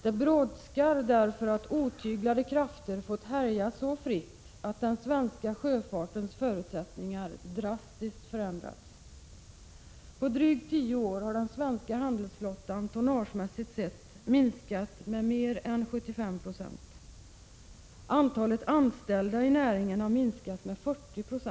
Det brådskar därför att otyglade krafter fått härja så fritt att den svenska sjöfartens förutsättningar drastiskt förändrats: På drygt tio år har den svenska handelsflottan, tonnagemässigt sett, minskat med mer än 75 90.